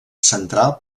central